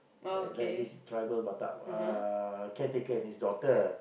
like like this driver batak uh caretaker and his daughter